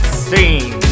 scene